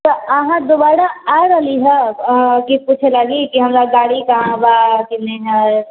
तऽ अहाँ दुबारा आ रहलीहँ अऽ की पूछे लागी कि हमर गाड़ी कहाँ बा केने हय